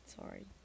sorry